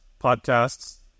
podcasts